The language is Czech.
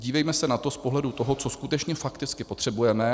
Dívejme se na to z pohledu toho, co skutečně fakticky potřebujeme.